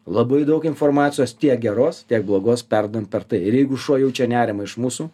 labai daug informacijos tiek geros tiek blogos perduodam per tai ir jeigu šuo jaučia nerimą iš mūsų